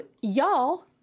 y'all